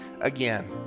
again